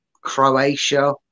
Croatia